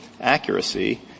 accuracy